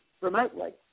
remotely